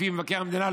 לפי מבקר המדינה,